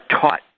taught